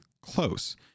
close